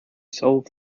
solve